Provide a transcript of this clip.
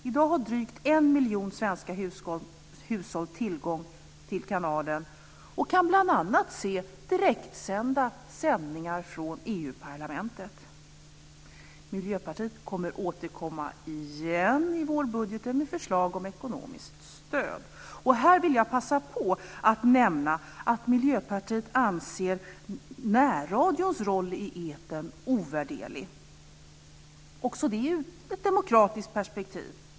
I dag har drygt en miljon svenska hushåll tillgång till kanalen och kan bl.a. se direktsända sändningar från EU-parlamentet. Miljöpartiet kommer att återkomma igen i vår budget med förslag om ekonomiskt stöd. Här vill jag passa på att nämna att Miljöpartiet anser närradions roll i etern ovärderlig, också det ur ett demokratiskt perspektiv.